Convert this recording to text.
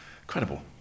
incredible